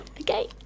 Okay